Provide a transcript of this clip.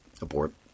abort